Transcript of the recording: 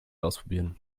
ausprobieren